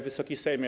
Wysoki Sejmie!